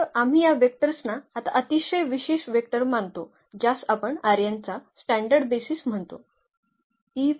तर आम्ही या व्हेक्टर्स ना आता अतिशय विशेष वेक्टर मानतो ज्यास आपण चा स्टँडर्ड बेसीस म्हणतो